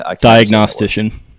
Diagnostician